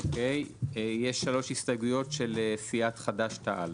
3 הסתייגויות של סיעת חד"ש-תע"ל.